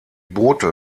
boote